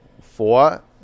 Four